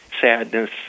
sadness